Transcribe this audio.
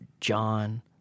John